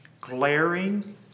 glaring